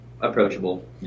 approachable